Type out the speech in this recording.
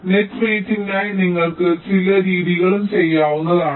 net വെയ്റ്റിംഗിനായി നിങ്ങൾക്ക് ചില രീതികളും ചെയ്യാവുന്നതാണ്